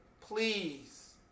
please